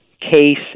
case